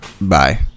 Bye